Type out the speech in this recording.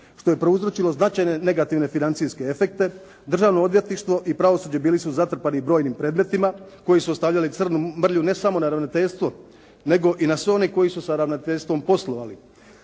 što je prouzročilo značajne, negativne financijske efekte. Državno odvjetništvo i pravosuđe bili su zatrpani brojnim predmetima koji su ostavljali crnu mrlju ne samo na ravnateljstvu, nego i na svima onima koji su sa ravnateljstvom poslovali.